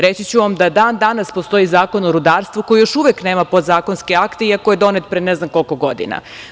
Reći ću vam da dan danas postoji Zakon o rudarstvu koji još uvek nema podzakonske akte iako je donet pre ne znam koliko godina.